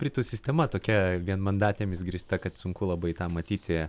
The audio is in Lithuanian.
britų sistema tokia vienmandatėmis grįsta kad sunku labai tą matyti